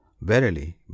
Verily